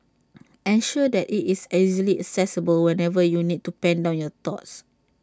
ensure that IT is easily accessible whenever you need to pen down your thoughts